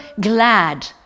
glad